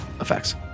effects